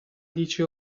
dieci